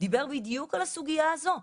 דיבר בדיוק על הסוגיה הזו.